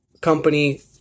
company